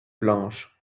blanche